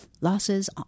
losses